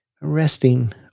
Resting